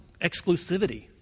exclusivity